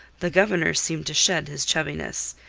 the governor seemed to shed his chubbiness.